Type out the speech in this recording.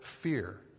fear